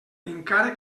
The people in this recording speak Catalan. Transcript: encara